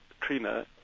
Trina